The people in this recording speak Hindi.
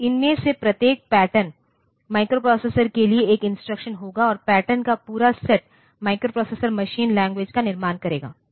तो इनमें से प्रत्येक पैटर्न माइक्रोप्रोसेसर के लिए एक इंस्ट्रक्शन होगा और पैटर्न का पूरा सेट माइक्रोप्रोसेसर मशीन लैंग्वेज का निर्माण करेगा